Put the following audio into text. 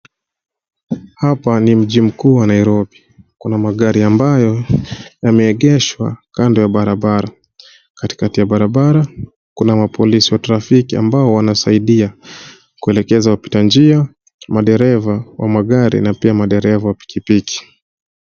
Hapa ni mji mkuu wa Nairobi kuna magari ambayo yameegeshwa kando ya barabara. Katikati mwa barabara kuna mapolisi wa trafiki amba wanasaidia kuelekeza wapita njia, madereva wa magari na pia madereva wa pikipiki.